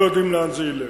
אנחנו לא יודעים לאן זה ילך.